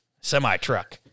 semi-truck